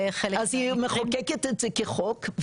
אז היא מחוקקת את זה כחוק,